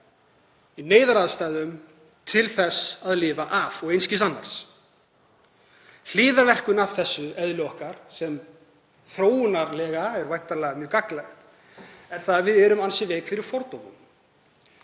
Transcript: í neyðaraðstæðum til þess að lifa af og ekkert annað. Hliðarverkun af þessu eðli okkar, sem þróunarlega séð er væntanlega mjög gagnlegt, er að við erum ansi veik fyrir fordómum.